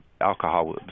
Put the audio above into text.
alcohol